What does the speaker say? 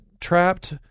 Trapped